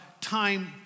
time